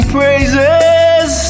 praises